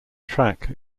track